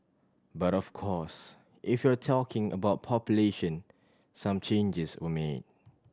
but of course if you're talking about population some changes were made